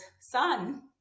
son